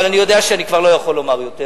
אבל אני יודע שאני כבר לא יכול לומר יותר,